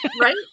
right